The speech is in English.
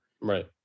Right